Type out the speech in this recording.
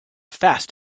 fast